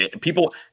People